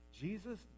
Jesus